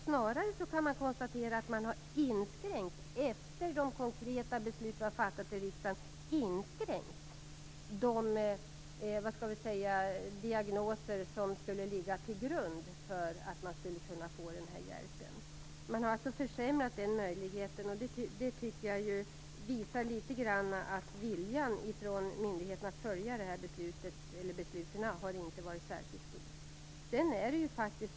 Snarare kan man konstatera att de efter de konkreta beslut vi har fattat i riksdagen har inskränkt de diagnoser som skulle ligga till grund för den här hjälpen. Man har alltså försämrat den möjligheten, och det tycker jag visar litet grand att myndigheternas vilja att följa de här besluten inte har varit särskilt stor.